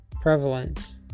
prevalent